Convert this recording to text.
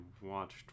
watched